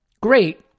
great